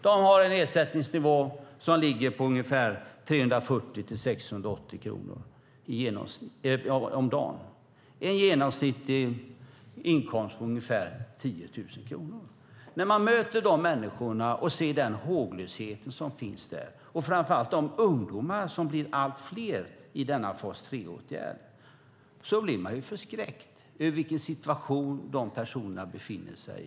De har en ersättningsnivå som ligger på ungefär 340-680 kronor om dagen. Det ger en genomsnittlig inkomst på ungefär 10 000 kronor. När man möter dessa människor, och framför allt de ungdomar som blir allt fler i denna fas 3-åtgärd, och ser den håglöshet som finns där blir man förskräckt över den situation som dessa personer befinner sig i.